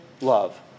love